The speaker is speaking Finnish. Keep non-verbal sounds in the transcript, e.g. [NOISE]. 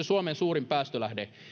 [UNINTELLIGIBLE] suomen suurin päästölähde